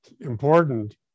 important